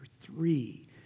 three